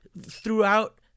throughout